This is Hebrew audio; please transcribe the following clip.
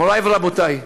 מוריי ורבותיי,